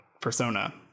persona